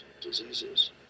diseases